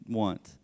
want